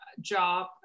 job